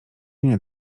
nie